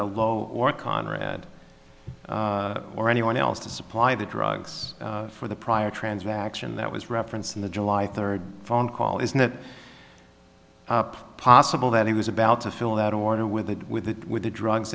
a low or con read or anyone else to supply the drugs for the prior transaction that was referenced in the july third phone call isn't it possible that he was about to fill that order with with the with the drugs